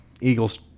Eagles